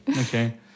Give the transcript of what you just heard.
Okay